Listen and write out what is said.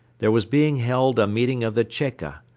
there was being held a meeting of the cheka.